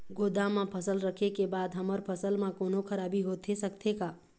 गोदाम मा फसल रखें के बाद हमर फसल मा कोन्हों खराबी होथे सकथे का?